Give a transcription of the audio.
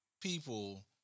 people